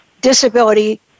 disability